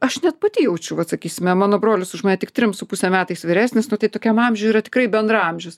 aš net pati jaučiu vat sakysime mano brolis už mane tik trim su puse metais vyresnis nu tai tokiam amžiui yra tikrai bendraamžis